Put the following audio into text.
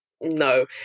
no